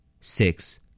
six